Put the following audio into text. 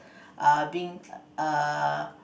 err being err